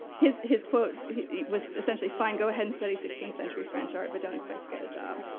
his his quote was, essentially, fine, go ahead, study sixteenth century french art. but don't expect to get a job.